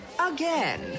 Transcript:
Again